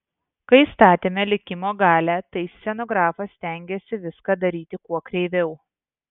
kai statėme likimo galią tai scenografas stengėsi viską daryti kuo kreiviau